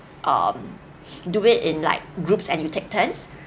um do it in like group and you take turns